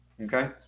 Okay